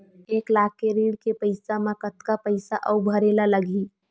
एक लाख के ऋण के पईसा म कतका पईसा आऊ भरे ला लगही?